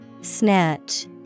Snatch